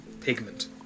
pigment